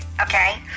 Okay